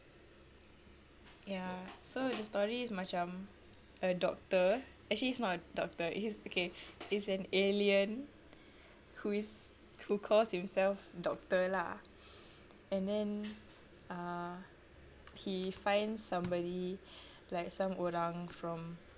ya so the story is macam a doctor actually it's not a doctor it's okay it's an alien who is who calls himself doctor lah and then ah he finds somebody like some orang from